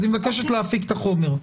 אז היא מבקשת להפיק את החומר,